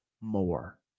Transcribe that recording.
more